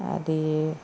అదీ